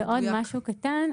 ועוד משהו קטן.